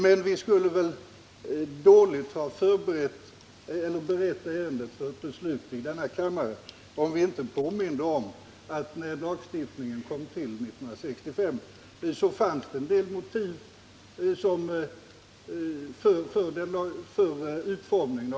Men vi skulle ha berett ärendet dåligt för ett beslut i denna kammare om vi inte hade påmint om att det när denna lagstiftning kom till 1964 fanns en del motiv för dess utformning.